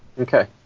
Okay